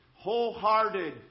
wholehearted